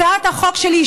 הצעת החוק שלי,